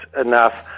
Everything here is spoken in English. enough